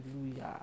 Hallelujah